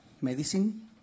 medicine